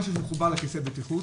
משהו מחובר לכיסא הבטיחות,